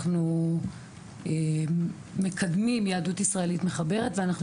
אנחנו מקדמים יהדות ישראלית מחברת ואנחנו